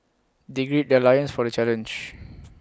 they gird their loins for the challenge